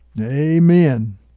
Amen